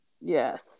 Yes